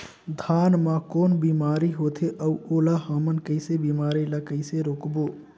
धान मा कौन बीमारी होथे अउ ओला हमन कइसे बीमारी ला कइसे रोकबो?